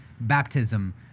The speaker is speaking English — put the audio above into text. baptism